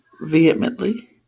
Vehemently